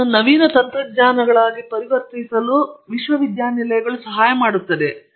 ಸಂಶೋಧನಾ ವಿಚಾರಗಳನ್ನು ನವೀನ ತಂತ್ರಜ್ಞಾನಗಳಾಗಿ ಪರಿವರ್ತಿಸಲು ಇದು ಸಹಾಯ ಮಾಡುತ್ತದೆ